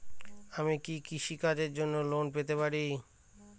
আমি কি কৃষি কাজের জন্য লোন পেতে পারি?